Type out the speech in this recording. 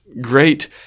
great